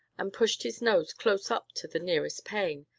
and pushed his nose close up to the nearest pane,